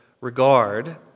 regard